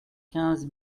quinze